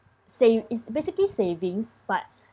sav~ it's basically savings but